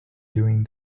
doing